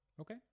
Okay